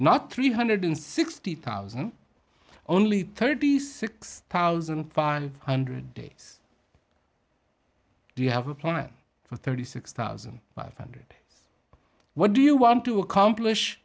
not three hundred sixty thousand only thirty six thousand five hundred days do you have a plan for thirty six thousand five hundred what do you want to accomplish